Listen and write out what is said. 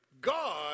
God